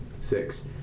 Six